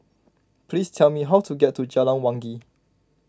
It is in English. please tell me how to get to Jalan Wangi